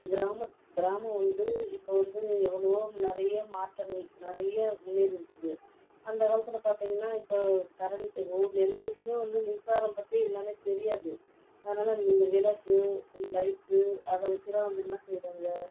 கிராமம் கிராமம் வந்து இப்போது வந்து எவ்வளோவோ நிறைய மாற்றங்கள் நிறைய முன்னேறி இருக்குது அந்தளவுக்குன்னு பார்த்திங்கன்னா இப்போ கரண்ட்டு ரோட்டில் எந்த வீட்டிலையுமே வந்து மின்சாரம் பற்றி என்னென்னே தெரியாது அதனாலே இந்த விளக்கு லைட்டு அதை வெச்சுதான் வந்து என்ன செய்கிறாங்க